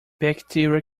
bacteria